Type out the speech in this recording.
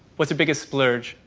what's your biggest splurge?